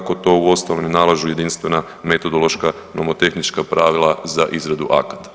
Tako to uostalom nalažu jedinstvena metodološka nomotehnička pravila za izradu akata.